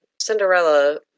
Cinderella